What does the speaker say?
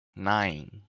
nine